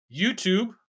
YouTube